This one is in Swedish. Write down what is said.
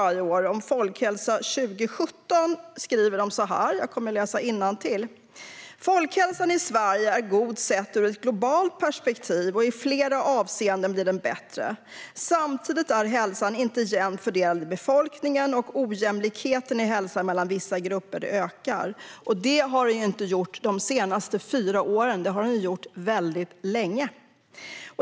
Jag kommer att läsa innantill vad de skriver om folkhälsan 2017: Folkhälsan i Sverige är god sett ur ett globalt perspektiv, och i flera avseenden blir den bättre. Samtidigt är hälsan inte jämnt fördelad i befolkningen, och ojämlikheten i hälsa mellan vissa grupper ökar. Det har den inte gjort de senaste fyra åren, utan det har den gjort väldigt länge.